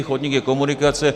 Chodník je komunikace.